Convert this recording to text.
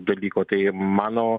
dalyko tai mano